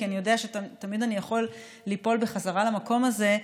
כי אני יודע שתמיד אני יכול ליפול בחזרה למקום הזה,